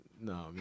No